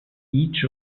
each